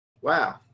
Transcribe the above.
Wow